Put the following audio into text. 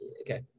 Okay